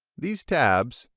these tabs,